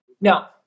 Now